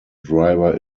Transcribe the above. driver